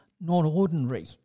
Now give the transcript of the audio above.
non-ordinary